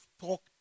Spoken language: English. talk